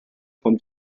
von